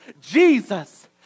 Jesus